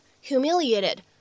humiliated